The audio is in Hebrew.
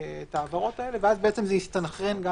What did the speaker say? ואז זה יסתנכרן.